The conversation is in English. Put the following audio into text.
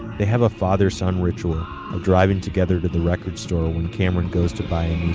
they have a father-son ritual of driving together to the record stores when cameron goes to buy a